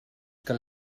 que